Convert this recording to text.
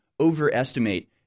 overestimate